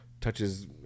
touches